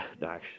No